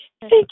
Thank